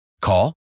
Call